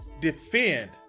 defend